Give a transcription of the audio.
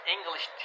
English